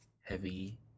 heavy